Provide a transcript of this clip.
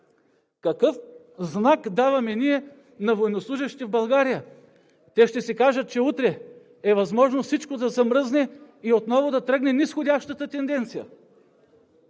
Какъв знак даваме ние на военнослужещите в България? Те ще си кажат, че утре е възможно всичко да замръзне и отново да тръгне низходящата тенденция.